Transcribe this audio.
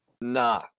Nah